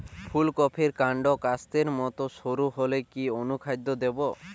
ফুলকপির কান্ড কাস্তের মত সরু হলে কি অনুখাদ্য দেবো?